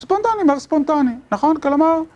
ספונטני מר ספונטני, נכון קלמר?